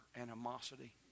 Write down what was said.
animosity